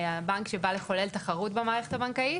הבנק שבא לחולל תחרות במערכת הבנקאית.